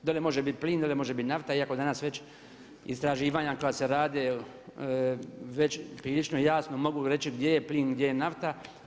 Dolje može biti plin, dolje može biti nafta iako danas već istraživanja koja se rade već prilično jasno mogu reći gdje je plin, gdje je nafta.